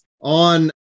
on